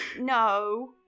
No